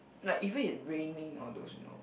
like even if raining all those you know